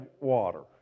water